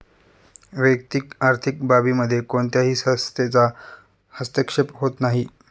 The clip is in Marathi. वैयक्तिक आर्थिक बाबींमध्ये कोणत्याही संस्थेचा हस्तक्षेप होत नाही